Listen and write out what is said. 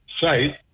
site